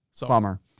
Bummer